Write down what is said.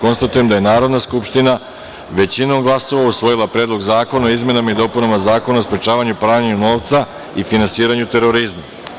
Konstatujem da je Narodna skupština većinom glasova usvojila Predlog zakona o izmenama i dopunama Zakona o sprečavanju pranja novca i finansiranju terorizma.